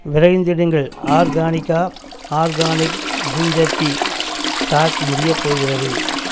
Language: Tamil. விரைந்திடுங்கள் ஆர்கானிக்கா ஆர்கானிக் ஜின்ஜர் டீ ஸ்டாக் முடியப்போகின்றது